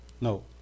no